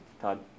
todd